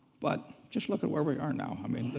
but just look at where we are now. i mean,